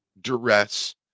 duress